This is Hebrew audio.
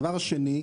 הדבר השני,